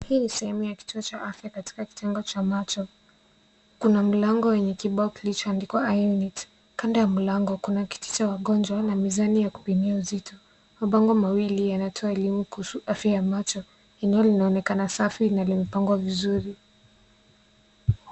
Hii ni sehemu ya kituo cha afya katika kitengo cha macho. Kuna mlango wenye kibao kilichoandikwa, eye unit. Kando ya mlango kuna kiti cha wagonjwa na mizani ya kupimiaa uzito. Mabango mawili yanatoa elimu kuhusu afya ya macho. Eneo linaonekana safi na limepangwa vizuri.